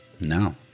No